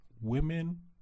women